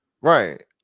right